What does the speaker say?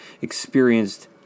experienced